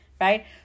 right